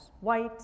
white